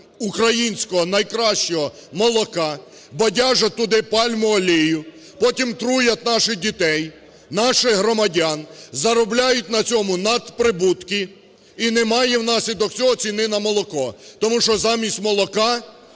українського найкращого молока, бадяжать туди пальмову олію, потім труять наших дітей, наших громадян, заробляють на цьому надприбутки і немає внаслідок цього ціни на молоко. Тому що замість молока